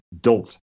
dolt